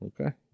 Okay